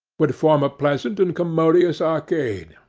would form a pleasant and commodious arcade,